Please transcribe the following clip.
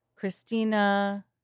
Christina